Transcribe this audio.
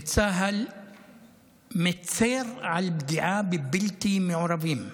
וצה"ל מצר על פגיעה בבלתי מעורבים.